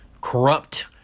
corrupt